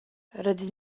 rydyn